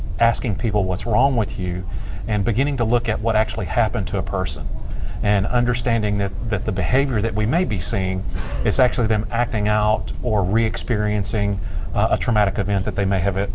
asking people what's wrong with you and beginning to look at what actually happened to a person and understanding that that the behavior that we may be seeing is actually them acting out or reexperiencing a traumatic event that they may have